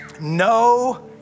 no